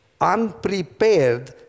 unprepared